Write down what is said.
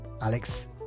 alex